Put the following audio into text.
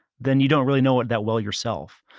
then you don't really know it that well yourself.